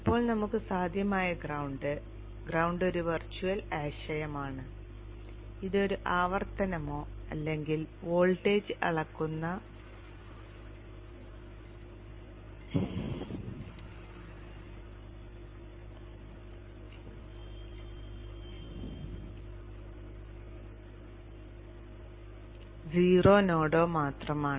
ഇപ്പോൾ നമുക്ക് സാധ്യമായ ഗ്രൌണ്ട് ഗ്രൌണ്ട് ഒരു വെർച്വൽ ആശയമാണ് ഇത് ഒരു ആവർത്തനമോ അല്ലെങ്കിൽ വോൾട്ടേജ് അളക്കുന്ന സീറോ നോഡോ മാത്രമാണ്